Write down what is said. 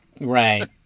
Right